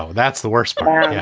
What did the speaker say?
so that's the worst part.